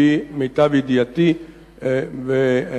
על-פי מיטב ידיעתי והבנתי,